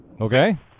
Okay